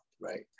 right